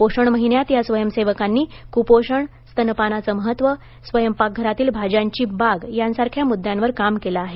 पोषण महिन्यात या स्वयंसेवकांनी कुपोषण स्तनपानाचे महत्त्व स्वयंपाक घरातील भाज्यांची बाग यासारख्या मुद्द्यांवर काम केलं आहे